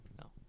no